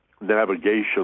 navigation